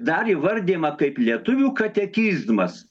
dar įvardijama kaip lietuvių katekizmas